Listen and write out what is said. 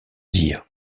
dire